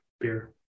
beer